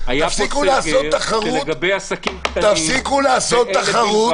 היה סגר, לגבי עסקים קטנים היה ויכוח.